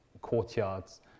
courtyards